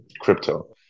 crypto